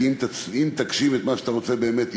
כי אם תגשים את מה שאתה רוצה באמת,